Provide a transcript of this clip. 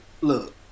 Look